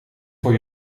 voor